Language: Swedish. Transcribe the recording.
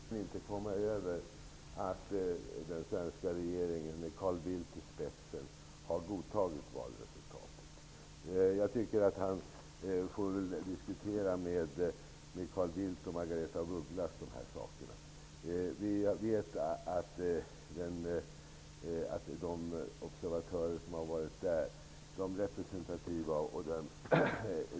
Herr talman! Birger Hagård kan inte komma över att den svenska regeringen med Carl Bildt i spetsen har godtagit valresultatet. Jag tycker att han får diskutera med Carl Bildt och Margaretha af Ugglas om dessa saker. Jag vet att de observatörer som har varit i Angola är representativa.